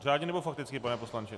Řádně, nebo fakticky, pane poslanče?